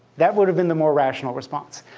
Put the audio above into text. that would have been the more rational response.